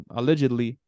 Allegedly